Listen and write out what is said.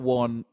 one